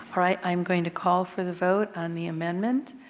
all right. i'm going to call for the vote on the amendment.